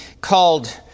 called